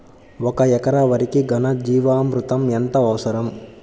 ఒక ఎకరా వరికి ఘన జీవామృతం ఎంత అవసరం?